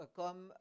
comme